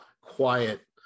quiet